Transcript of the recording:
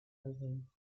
album